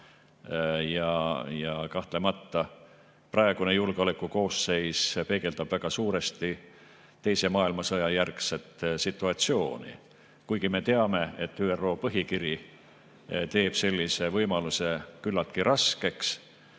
Kahtlemata, praegune julgeolekukoosseis peegeldab väga suuresti teise maailmasõja järgset situatsiooni. Kuigi me teame, et ÜRO põhikiri teeb sellise võimaluse küllaltki raskeks,